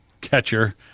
catcher